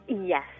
Yes